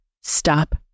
Stop